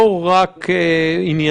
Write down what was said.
לא לקחתי עד עכשיו את האחריות על עצמי.